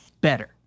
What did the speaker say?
better